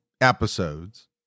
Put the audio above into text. episodes